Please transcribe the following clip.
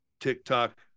TikTok